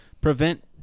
prevent